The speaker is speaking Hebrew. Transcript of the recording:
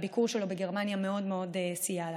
והביקור שלו בגרמניה מאוד מאוד סייע לנו.